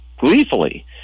gleefully